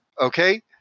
Okay